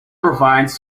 provides